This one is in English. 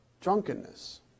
Drunkenness